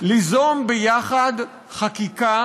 ליזום יחד חקיקה